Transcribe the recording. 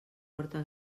porta